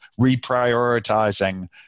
reprioritizing